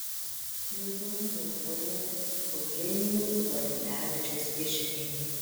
knygoje naudojami eugenijaus varkulevičiaus piešiniai